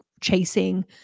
chasing